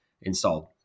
installed